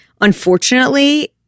unfortunately